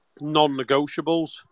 non-negotiables